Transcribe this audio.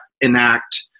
enact